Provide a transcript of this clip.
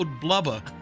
blubber